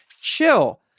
Chill